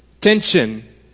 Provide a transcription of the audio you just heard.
tension